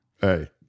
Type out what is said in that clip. Hey